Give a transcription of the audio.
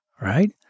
right